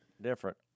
different